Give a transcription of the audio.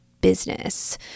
business